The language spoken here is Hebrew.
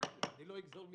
אגזול מזמנכם.